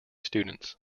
students